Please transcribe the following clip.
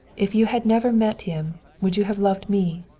if you had never met him would you have loved me?